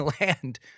land –